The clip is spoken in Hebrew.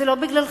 זה לא בגללך,